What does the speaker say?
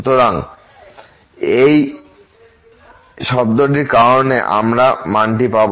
সুতরাং শুধুমাত্র এই শব্দটির কারণে আমরা মানটি পাব